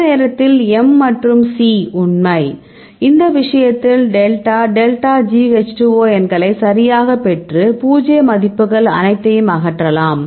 இந்த நேரத்தில் m மற்றும் c உண்மை ஏனெனில் எண்களை சரியாகக் கண்டறிந்தால் மட்டுமே இது காண்பிக்கப்படும்